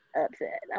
upset